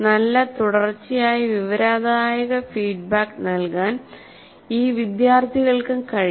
നല്ല തുടർച്ചയായ വിവരദായക ഫീഡ്ബാക്ക് നൽകാൻ ഈ വിദ്യാർത്ഥികൾക്കും കഴിയണം